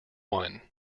one